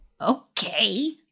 Okay